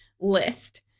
list